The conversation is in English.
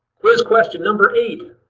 quiz question number eight.